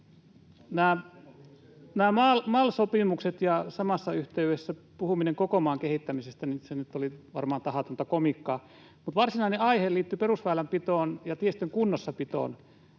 Nämä MAL-sopimukset ja samassa yhteydessä koko maan kehittämisestä puhuminen nyt oli varmaan tahatonta komiikkaa. Mutta varsinainen aihe liittyy perusväylänpitoon ja tiestön kunnossapitoon.